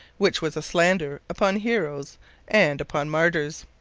which was a slander upon heroes and upon martyrs.